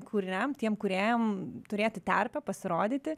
kūriniam tiem kūrėjam turėti terpę pasirodyti